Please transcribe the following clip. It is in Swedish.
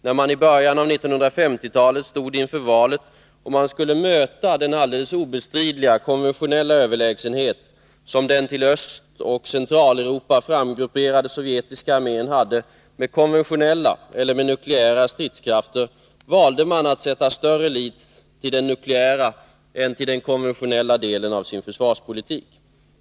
När man i slutet av 1950-talet stod inför valet om man skulle möta den alldeles obestridliga konventionella överlägsenhet, som den till Östoch Centraleuropa framgrupperade sovjetiska armén hade, med konventionella eller nukleära stridskrafter, valde man att sätta större lit till den nukleära än till den konventionella delen av sin försvarspolitik.